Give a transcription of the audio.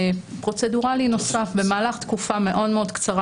פרוצדורלי נוסף במהלך תקופה מאוד מאוד קצרה